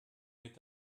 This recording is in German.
mit